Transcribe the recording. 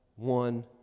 One